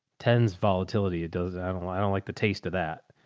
tens volatility. it doesn't, i don't, i don't like the taste of that.